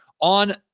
on